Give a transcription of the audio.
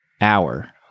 hour